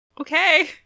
Okay